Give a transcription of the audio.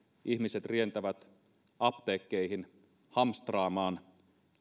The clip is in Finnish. ihmiset rientävät apteekkeihin hamstraamaan